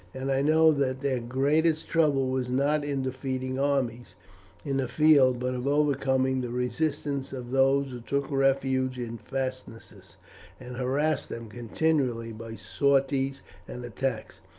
and i know that their greatest trouble was not in defeating armies in the field but of overcoming the resistance of those who took refuge in fastnesses and harassed them continually by sorties and attacks.